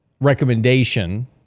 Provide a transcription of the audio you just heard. recommendation